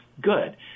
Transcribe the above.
good